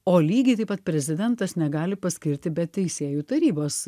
o lygiai taip pat prezidentas negali paskirti be teisėjų tarybos